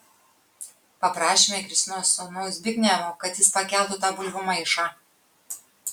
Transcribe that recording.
paprašėme kristinos sūnaus zbignevo kad jis pakeltų tą bulvių maišą